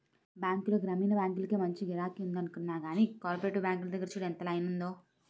బాంకుల్లో గ్రామీణ బాంకులకే మంచి గిరాకి ఉందనుకున్నా గానీ, కోపరేటివ్ బాంకుల దగ్గర చూడు ఎంత లైనుందో?